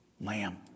lamb